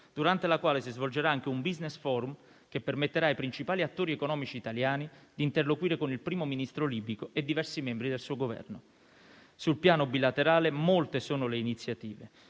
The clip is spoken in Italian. durante la quale si svolgerà anche un *business forum* che permetterà ai principali attori economici italiani di interloquire con il Primo ministro libico e diversi membri del suo Governo. Sul piano bilaterale molte sono le iniziative.